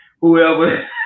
whoever